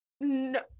no